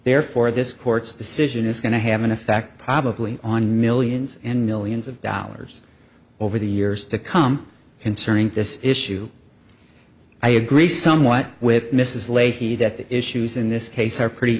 therefore this court's decision is going to have an effect probably on millions and millions of dollars over the years to come concerning this issue i agree somewhat with mrs leahy that the issues in this case are pretty